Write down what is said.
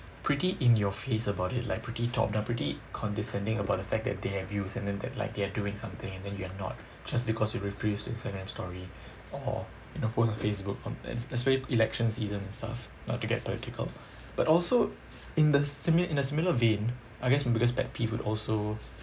pretty in your face about it like pretty top down pretty condescending about the fact that they have views and then that like they're doing something and then you are not just because you refuse to Instagram story or you know post on Facebook on esp~ especially election season and stuff not to get political but also in the simi~ in a similar vein I guess my biggest pet peeve would also